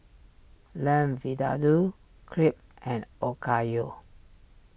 Lamb Vindaloo Crepe and Okayu